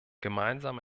gemeinsam